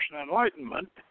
Enlightenment